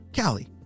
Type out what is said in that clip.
Callie